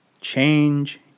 change